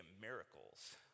miracles